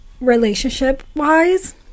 relationship-wise